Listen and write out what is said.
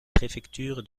préfecture